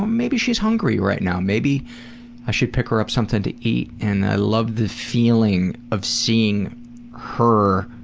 maybe she's hungry right now. maybe i should pick her up something to eat. and i love the feeling of seeing her